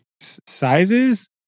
sizes